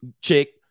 chick